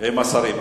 עם השרים.